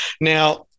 now